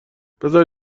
بزار